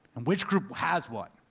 and which group has what.